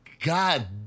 God